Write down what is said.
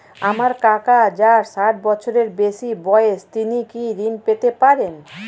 আমার কাকা যার ষাঠ বছরের বেশি বয়স তিনি কি ঋন পেতে পারেন?